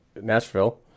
Nashville